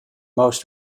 most